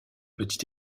petit